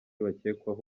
bakekwaho